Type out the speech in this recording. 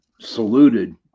saluted